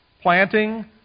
Planting